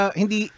hindi